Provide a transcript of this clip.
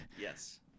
yes